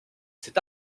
c’est